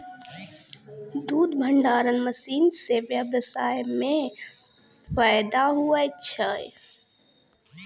दुध भंडारण मशीन से व्यबसाय मे फैदा हुवै छै